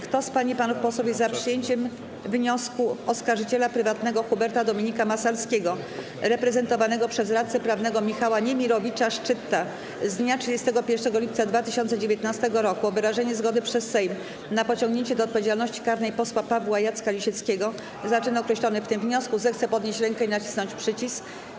Kto z pań i panów posłów jest za przyjęciem wniosku oskarżyciela prywatnego Huberta Dominika Massalskiego reprezentowanego przez radcę prawnego Michała Niemirowicza-Szczytta z dnia 31 lipca 2019 r. o wyrażenie zgody przez Sejm na pociągnięcie do odpowiedzialności karnej posła Pawła Jacka Lisieckiego za czyn określony w tym wniosku, zechce podnieść rękę i nacisnąć przycisk.